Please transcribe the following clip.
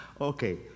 Okay